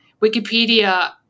Wikipedia